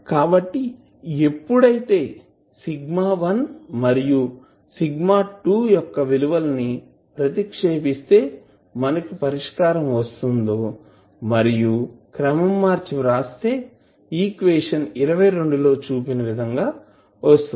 కాబట్టి ఎప్పుడైతే σ1 మరియు σ2 యొక్క విలువల్ని ప్రతిక్షేపిస్తే మనకు పరిష్కారం వస్తుంది మరియు క్రమం మర్చి వ్రాస్తే ఈక్వేషన్ లో చూపిన విధంగా వస్తుంది